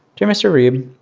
dear mr. reeb,